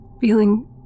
feeling